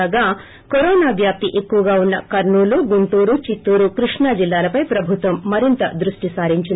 కాగా కరోనా వ్యాప్తి ఎక్కువగా ఉన్న కర్నూలు గుంటూరు చిత్తూరు కృష్ణా జిల్లాలపై ప్రభుత్వం మరింత దృష్టి సారించింది